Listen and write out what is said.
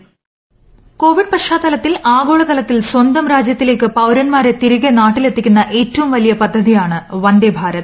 voice covid പശ്ചാത്തലത്തിൽ ആഗോളതലത്തിൽ സ്വന്തം രാജ്യത്തിലേക്ക് പൌരന്മാരെ തിരികെ നാട്ടിലെത്തിക്കുന്ന ഏറ്റവും വലിയ പദ്ധതിയാണ് വന്ദേ ഭാരത്